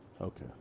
Okay